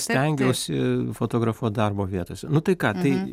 stengiausi fotografuot darbo vietose nu tai ką tai